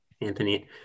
Anthony